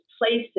places